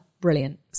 brilliant